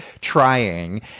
trying